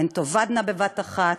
הן תאבדנה בבת אחת,